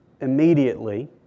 immediately